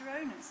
owners